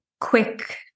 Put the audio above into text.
quick